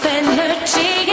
energy